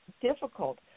difficult